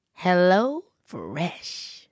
HelloFresh